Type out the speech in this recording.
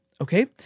Okay